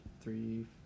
three